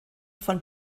von